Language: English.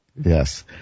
Yes